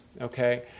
okay